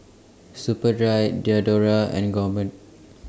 Superdry Diadora and Gourmet